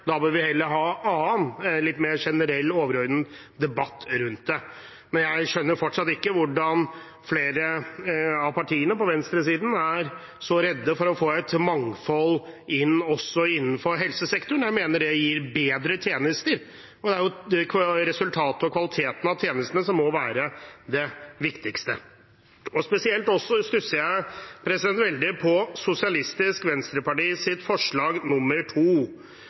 Da bør vi heller ha en annen, litt mer generell og overordnet debatt rundt det. Jeg skjønner fortsatt ikke hvorfor flere av partiene på venstresiden er så redde for å få et mangfold også innenfor helsesektoren. Jeg mener det gir bedre tjenester, og det er jo resultatet av og kvaliteten på tjenestene som må være det viktigste. Spesielt stusser jeg veldig over Sosialistisk Venstrepartis forslag